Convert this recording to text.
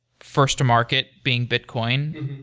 first to market, being bitcion,